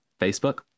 Facebook